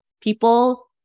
people